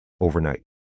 overnight